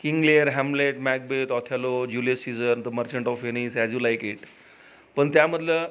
king Lear Hamlet Macbeth Othello Julius सीजन The Merchant of Venice As You Like It पण त्यामधलं